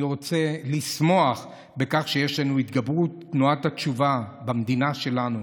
אני רוצה לשמוח בכך שיש לנו התגברות של תנועת התשובה במדינה שלנו,